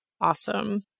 Awesome